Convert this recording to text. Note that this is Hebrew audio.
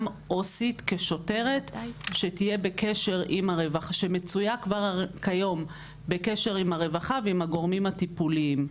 עו"סית כשוטרת שמצויה כבר כיום בקשר עם הרווחה ועם הגורמים הטיפוליים.